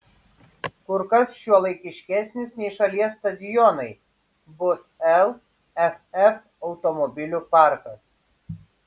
kur kas šiuolaikiškesnis nei šalies stadionai bus lff automobilių parkas